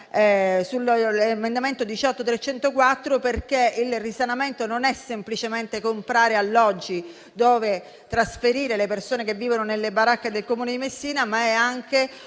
sull'emendamento 18.304, perché il risanamento non è semplicemente comprare alloggi dove trasferire le persone che vivono nelle baracche del Comune di Messina, ma è anche